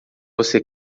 você